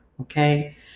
Okay